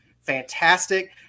fantastic